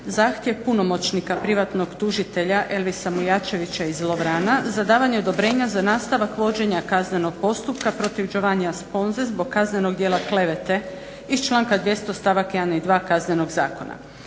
zahtjev punomoćnika privatnog tužitelja Elvisa Mujačevića iz Lovrana za davanje odobrenja za nastavak vođenja kaznenog postupka protiv Giovannija Sponze zbog kaznenog djela klevete iz članka 200.stavak 1.i 2. Kaznenog zakona.